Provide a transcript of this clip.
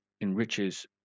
enriches